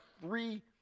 three